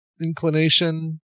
inclination